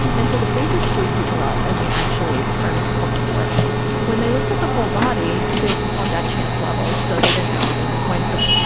and so the faces screwed people up. and they actually started performing worse when they looked at the whole body. they performed at chance levels. so they didn't know is like a coin flip.